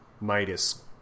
Midas